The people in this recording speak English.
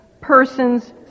person's